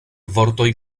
vortoj